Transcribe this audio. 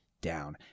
down